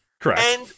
correct